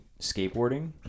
skateboarding